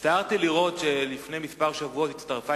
הצטערתי לראות שלפני כמה שבועות הצטרפה